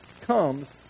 comes